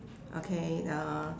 okay then